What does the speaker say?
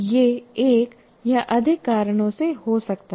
यह एक या अधिक कारणों से हो सकता है